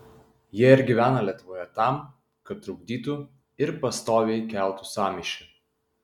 jie ir gyvena lietuvoje tam kad trukdytų ir pastoviai keltų sąmyšį